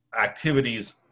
activities